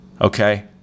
okay